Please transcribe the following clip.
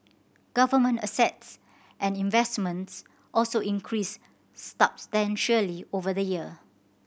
government assets and investments also increased over the year